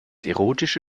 erotische